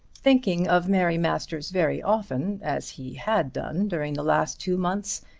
thinking of mary masters very often as he had done during the last two months,